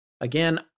Again